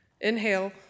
Inhale